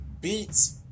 beats